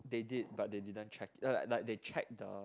they did but they didn't check uh like they check the